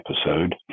episode